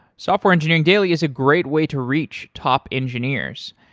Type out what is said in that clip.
software engineering daily is a great way to reach top engineers.